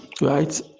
right